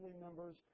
members